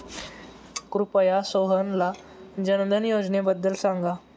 कृपया सोहनला जनधन योजनेबद्दल सांगा